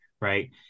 Right